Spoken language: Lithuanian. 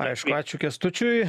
aišku ačiū kęstučiui